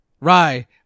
Rye